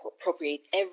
appropriate